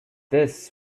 this